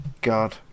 God